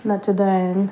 नचंदा आहिनि